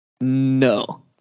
No